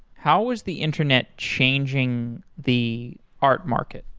how was the internet changing the art market?